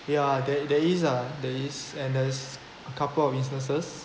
ya there there is there is and there's couple of instances